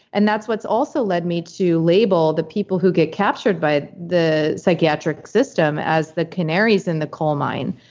and that's what's also led me to label the people who get captured by but the psychiatric system as the canaries in the coal mine.